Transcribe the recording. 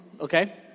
Okay